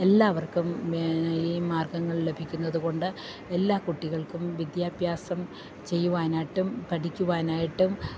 എല്ലാവർക്കും ഈ മാർഗങ്ങൾ ലഭിക്കുന്നതുകൊണ്ട് എല്ലാ കുട്ടികൾക്കും വിദ്യാഭ്യാസം ചെയ്യുവാനായിട്ടും പഠിക്കുവാനായിട്ടും